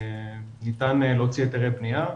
ניתן להוציא היתריי בנייה,